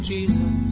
Jesus